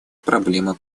проблема